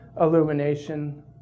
illumination